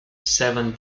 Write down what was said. seven